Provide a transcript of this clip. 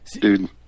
dude